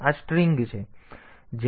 તેથી આ સ્ટ્રીંગ છે